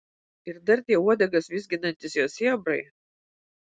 ir dar tie uodegas vizginantys jo sėbrai